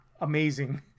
amazing